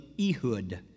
Ehud